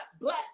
black